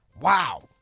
wow